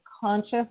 conscious